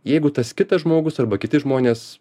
jeigu tas kitas žmogus arba kiti žmonės